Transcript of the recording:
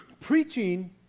Preaching